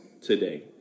today